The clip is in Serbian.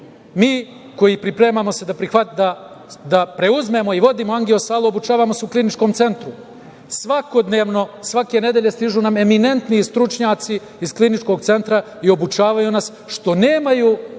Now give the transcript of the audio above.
koji se pripremamo da preuzmemo i vodimo angio-salu obučavamo se u kliničkom centru. Svake nedelje nam stižu eminentni stručnjaci iz kliničkog centra i obučavaju nas, što nemaju